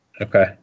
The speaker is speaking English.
okay